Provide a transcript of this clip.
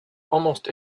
almost